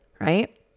right